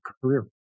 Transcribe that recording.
career